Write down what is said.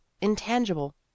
intangible